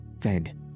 fed